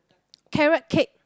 carrot cake